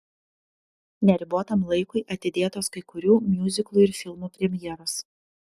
neribotam laikui atidėtos kai kurių miuziklų ir filmų premjeros